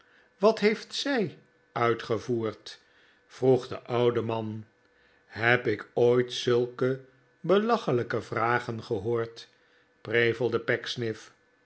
wat heeft z ij uitgevoerd vroeg de oude man heb ik ooit zulke belachelijke vragen gehoord prevelde